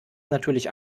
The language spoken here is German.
natürlich